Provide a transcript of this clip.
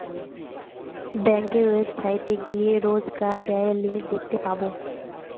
ব্যাঙ্কের ওয়েবসাইটে গিয়ে রোজকার ব্যায়ের লিমিট দেখতে পাবো